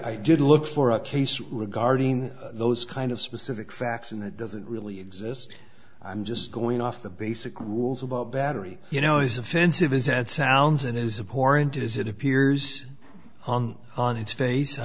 i did look for a case regarding those kind of specific facts and that doesn't really exist i'm just going off the basic rules about battery you know as offensive as it sounds it is a poor and it is it appears on on its fa